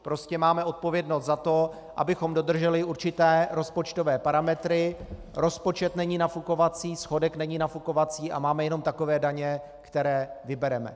Prostě máme odpovědnost za to, abychom dodrželi určité rozpočtové parametry, rozpočet není nafukovací, schodek není nafukovací a máme jenom takové daně, které vybereme.